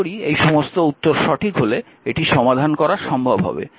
আশা করি এই সমস্ত উত্তর সঠিক হলে এটি সমাধান করা সম্ভব হবে